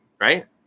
right